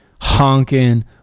honking